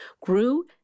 grew